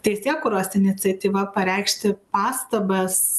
teisėkūros iniciatyva pareikšti pastabas